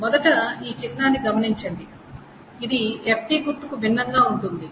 మొదట చిహ్నాన్ని గమనించండి ఇది FD గుర్తుకు భిన్నంగా ఉంటుంది